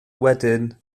wedyn